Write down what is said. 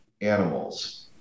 animals